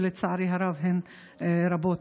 ולצערי הרב הן רבות.